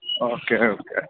okay okay